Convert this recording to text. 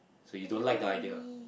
so you don't like the idea